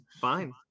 Fine